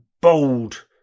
bold